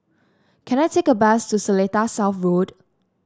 can I take a bus to Seletar South Road